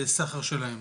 בסחר שלהם,